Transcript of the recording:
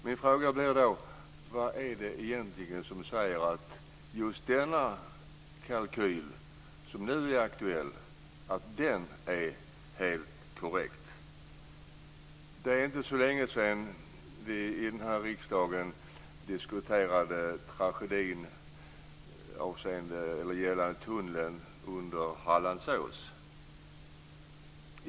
Min fråga blir då: Vad är det egentligen som säger att just denna kalkyl som nu är aktuell är helt korrekt? Det är inte så länge sedan vi i denna riksdag diskuterade tragedin gällande tunneln under Hallandsås.